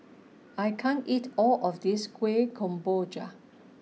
I can't eat all of this Kuih Kemboja